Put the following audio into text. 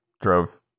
drove